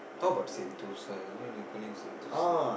how about Sentosa you know they calling Sentosa